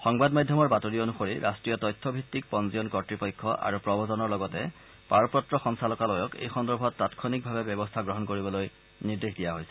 সংবাদ মাধ্যমৰ বাতৰি অনুসৰি ৰাষ্ট্ৰীয় তথ্য ভিত্তিক পঞ্জীয়ন কৰ্ড়পক্ষ আৰু প্ৰৱজনৰ লগতে পাৰ পত্ৰ সঞ্চালকালয়ক এই সন্দৰ্ভত তাংক্ষণিকভাৱে ব্যৱস্থা গ্ৰহণ কৰিবলৈ নিৰ্দেশ দিয়া হৈছে